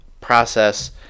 process